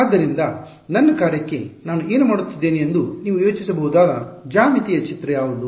ಆದ್ದರಿಂದ ನನ್ನ ಕಾರ್ಯಕ್ಕೆ ನಾನು ಏನು ಮಾಡುತ್ತಿದ್ದೇನೆ ಎಂದು ನೀವು ಯೋಚಿಸಬಹುದಾದ ಜ್ಯಾಮಿತೀಯ ಚಿತ್ರ ಯಾವುದು